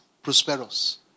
Prosperous